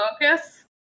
focus